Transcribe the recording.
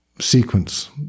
sequence